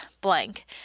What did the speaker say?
blank